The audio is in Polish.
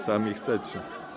Sami chcecie.